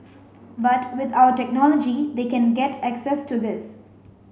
but with our technology they can get access to this